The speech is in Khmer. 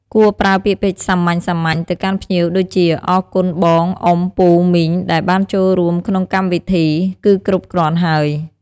គួរប្រើពាក្យពេចន៍សាមញ្ញៗទៅកាន់ភ្ញៀវដូចជា "អរគុណបង អ៊ុំ ពូ មីង ដែលបានចូលរួមក្នុងកម្មវិធី" គឺគ្រប់គ្រាន់ហើយ។